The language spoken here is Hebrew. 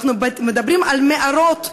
אנחנו מדברים על מערות.